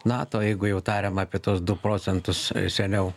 nato jeigu jau tariam apie tuos du procentus seniau